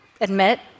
admit